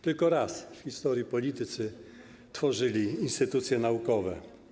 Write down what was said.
Tylko raz w historii politycy tworzyli instytucje naukowe.